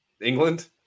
England